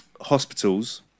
hospitals